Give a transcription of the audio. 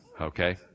okay